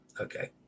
Okay